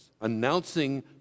announcing